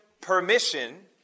permission